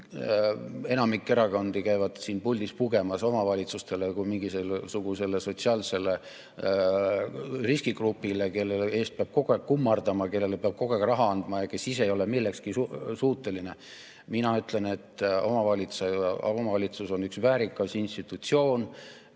Enamik erakondi käib siin puldis pugemas omavalitsuste ees kui mingisuguse sotsiaalse riskigrupi ees, kelle ees peab kogu aeg kummardama, kellele peab kogu aeg raha andma ja kes ise ei ole millekski suutelised. Mina ütlen, et omavalitsus on üks väärikas institutsioon,